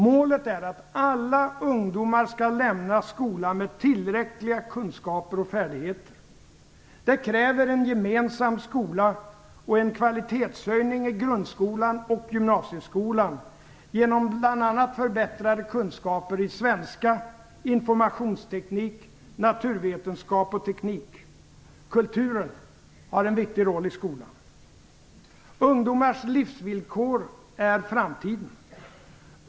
Målet är att alla ungdomar skall lämna skolan med tillräckliga kunskaper och färdigheter. Det kräver en gemensam skola och en kvalitetshöjning i grundskolan och gymnasieskolan genom bl.a. förbättrade kunskaper i svenska, informationsteknik, naturvetenskap och teknik. Kulturen har en viktig roll i skolan. Ungdomars livsvillkor är framtiden.